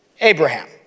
Abraham